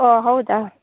ಓಹ್ ಹೌದಾ